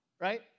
right